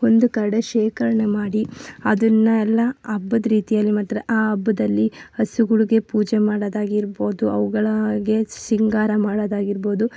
ಒಂದು ಕಡೆ ಶೇಖರ್ಣೆ ಮಾಡಿ ಅದನ್ನು ಎಲ್ಲ ಹಬ್ಬದ ರೀತಿಯಲ್ಲಿ ಮಾತ್ರ ಆ ಹಬ್ಬದಲ್ಲಿ ಹಸುಗಳ್ಗೆ ಪೂಜೆ ಮಾಡೊದಾಗಿರಬೋದು ಅವುಗಳ ಹಾಗೆ ಸಿಂಗಾರ ಮಾಡೊದಾಗಿರಬೋದು